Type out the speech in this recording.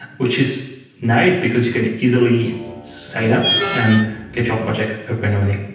which is nice because you can easily sign up and get your product up and running.